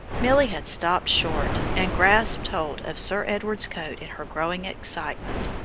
milly had stopped short, and grasped hold of sir edward's coat in her growing excitement.